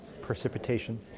Precipitation